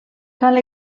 cal